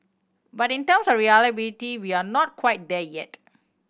but in terms of reliability we are not quite there yet